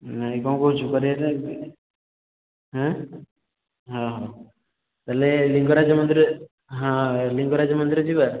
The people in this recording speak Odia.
ନାଇଁ କ'ଣ କହୁଛୁ କରିବା ନା ହେଁ ହଁ ହଁ ତା'ହେଲେ ଲିଙ୍ଗରାଜ ମନ୍ଦିର ହଁ ଲିଙ୍ଗରାଜ ମନ୍ଦିର ଯିବା